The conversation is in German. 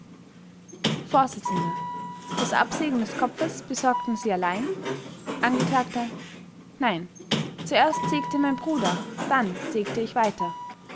vors das absägen des kopfes besorgten sie allein angekl nein zuerst sägte mein bruder dann sägte ich weiter